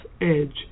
Edge